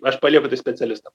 aš palieku tai specialistam